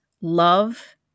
love